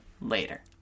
later